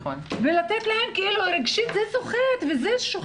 זה שוחק.